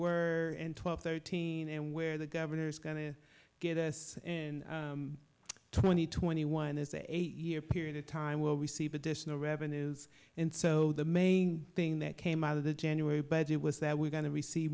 were twelve thirteen and where the governor's going to get us twenty twenty one in this eight year period of time will receive additional revenue and so the main thing that came out of the january budget was that we're going to receive